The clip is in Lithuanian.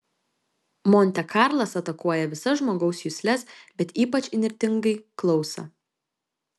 monte karlas atakuoja visas žmogaus jusles bet ypač įnirtingai klausą